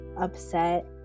upset